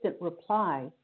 reply